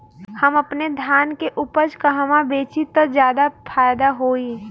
हम अपने धान के उपज कहवा बेंचि त ज्यादा फैदा होई?